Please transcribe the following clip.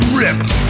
ripped